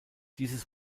dieses